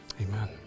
Amen